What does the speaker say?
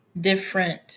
different